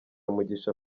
mugisha